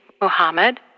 Muhammad